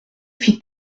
fit